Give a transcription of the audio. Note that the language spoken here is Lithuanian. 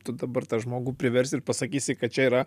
tu dabar tą žmogų priversi ir pasakysi kad čia yra